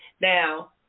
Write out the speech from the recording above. Now